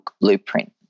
blueprint